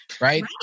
right